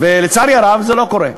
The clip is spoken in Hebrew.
ולצערי הרב זה לא קורה.